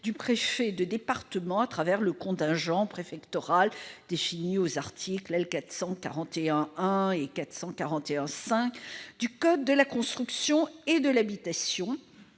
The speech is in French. du préfet de département, à travers le contingent préfectoral défini aux articles L. 441-1 et R. 441-5 du code de la construction et de l'habitation.